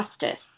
justice